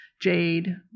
Jade